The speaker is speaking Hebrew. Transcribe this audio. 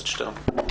בבקשה.